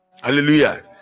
Hallelujah